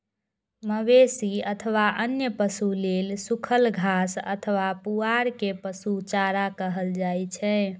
मवेशी अथवा अन्य पशु लेल सूखल घास अथवा पुआर कें पशु चारा कहल जाइ छै